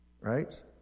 right